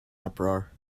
uproar